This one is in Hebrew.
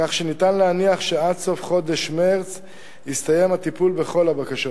כך שניתן להניח שעד סוף חודש מרס יסתיים הטיפול בכל הבקשות.